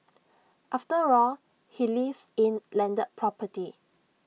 after all he lives in landed property